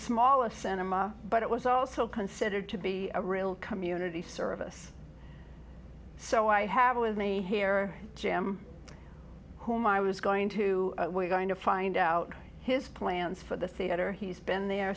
small a cinema but it was also considered to be a real community service so i have with me here jim whom i was going to we're going to find out his plans for the theater he's been there